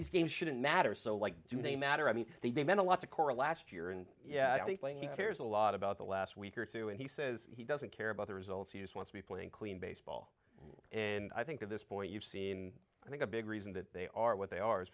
these games shouldn't matter so like do they matter i mean they meant a lot to cora last year and yeah they play he cares a lot about the last week or two and he says he doesn't care about the results you just want to be playing clean baseball and i think at this point you've seen i think a big reason that they are what they